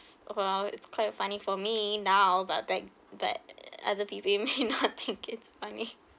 well it's quite funny for me now but but but other people may not think it's funny